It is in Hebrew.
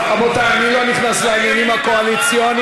טוב, רבותי, אני לא נכנס לעניינים הקואליציוניים.